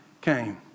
came